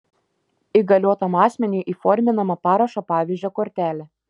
įgaliotam asmeniui įforminama parašo pavyzdžio kortelė